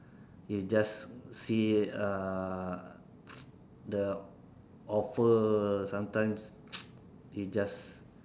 you just see uh the offer sometimes it just